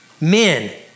Men